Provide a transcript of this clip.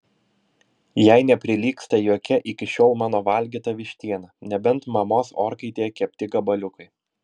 jai neprilygsta jokia iki šiol mano valgyta vištiena nebent mamos orkaitėje kepti gabaliukai